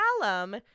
Callum